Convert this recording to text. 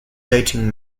dating